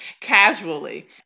casually